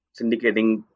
syndicating